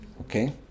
okay